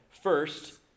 First